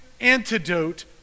antidote